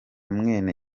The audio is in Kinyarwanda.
mwene